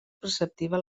preceptiva